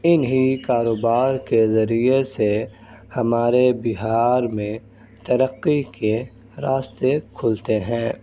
انہیں کاروبار کے ذریعے سے ہمارے بہار میں ترقی کے راستے کھلتے ہیں